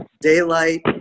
daylight